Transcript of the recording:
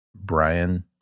Brian